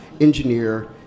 engineer